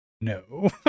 no